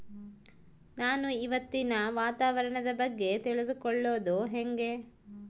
ನಾನು ಇವತ್ತಿನ ವಾತಾವರಣದ ಬಗ್ಗೆ ತಿಳಿದುಕೊಳ್ಳೋದು ಹೆಂಗೆ?